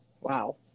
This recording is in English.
Wow